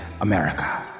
America